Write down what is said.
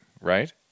right